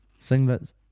Singlets